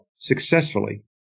successfully